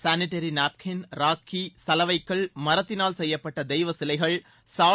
சானிட்டர் napkin rakhi சலவைக்கல் மரத்தினால் செய்யப்பட்ட தெய்வ சிலைகள் சால்